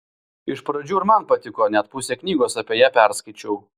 iš pradžių ir man patiko net pusę knygos apie ją perskaičiau